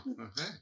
Okay